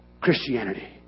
Christianity